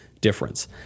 difference